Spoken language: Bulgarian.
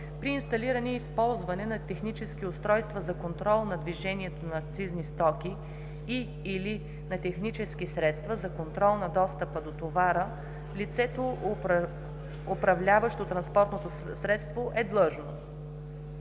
При инсталиране и използване на технически устройства за контрол на движението на акцизни стоки и/или на технически средства за контрол на достъпа до товара лицето, управляващо транспортното средство, е длъжно: